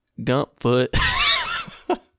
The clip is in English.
Gumpfoot